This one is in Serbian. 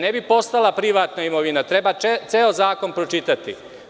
Ne bi postala privatna imovina, treba ceo zakon pročitati.